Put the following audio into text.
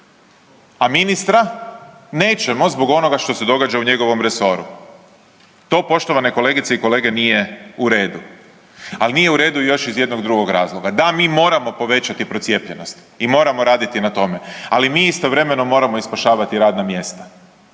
a ministra nećemo zbog onoga što se događa u njegovom resoru. To poštovane kolegice i kolege nije u redu, al nije u redu još iz jednog drugog razloga, da mi moramo povećati procijepljenost i moramo raditi na tome, ali mi istovremeno moramo i spašavati radna mjesta.